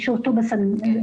מהישוב טובא-זנגריה